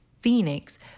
Phoenix